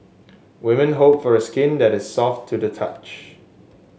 women hope for skin that is soft to the touch